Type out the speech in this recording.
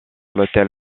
l’hôtel